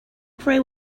prey